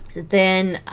then